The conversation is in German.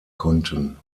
konnten